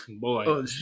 Boy